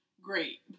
great